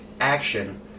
action